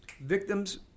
victims